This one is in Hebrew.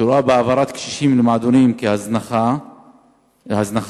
שרואה בהעברת קשישים למועדונים הזנחת הורים,